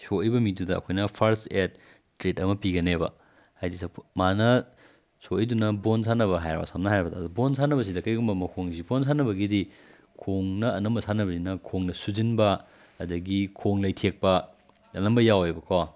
ꯁꯣꯛꯏꯕ ꯃꯤꯗꯨꯗ ꯑꯩꯈꯣꯏꯅ first aid treat ꯑꯃ ꯄꯤꯒꯅꯦꯕ ꯍꯥꯏꯗꯤ ꯃꯥꯅ ꯁꯣꯛꯏꯗꯨꯅ ꯕꯣꯜ ꯁꯥꯟꯅꯕ ꯍꯥꯏꯔꯣ ꯁꯝꯅ ꯍꯥꯏꯔꯕꯗ ꯑꯗꯣ ꯕꯣꯜ ꯁꯥꯟꯅꯕꯁꯤꯗ ꯀꯔꯤꯒꯨꯝꯕ ꯃꯈꯣꯡꯁꯤ ꯕꯣꯜ ꯁꯥꯟꯅꯕꯒꯤꯗꯤ ꯈꯣꯡꯅ ꯑꯅꯝꯕ ꯁꯥꯟꯅꯕꯅꯤꯅ ꯈꯣꯡꯗ ꯁꯨꯖꯤꯟꯕ ꯑꯗꯒꯤ ꯈꯣꯡ ꯂꯩꯊꯦꯛꯄ ꯑꯅꯝꯕ ꯌꯥꯎꯋꯦꯕꯀꯣ